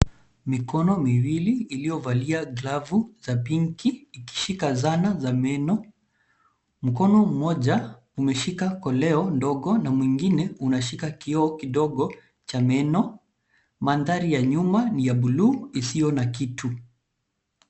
Mikono miwili iliyovalia glavu za pinki ikishika zana za meno. Mkono mmoja umeshika koleo ndogo na mwingine unashika kioo kidogo cha meno. Mandhari ya nyuma ni ya buluu isiyo na kitu.